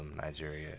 Nigeria